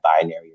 binary